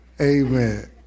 Amen